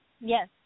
Yes